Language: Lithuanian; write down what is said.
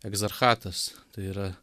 egzarchas tai yra